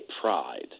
pride